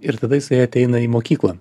ir tada jisai ateina į mokyklą